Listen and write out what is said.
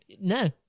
No